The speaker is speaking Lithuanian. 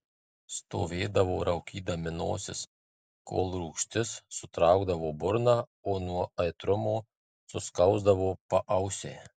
stovėdavo raukydami nosis kol rūgštis sutraukdavo burną o nuo aitrumo suskausdavo paausiai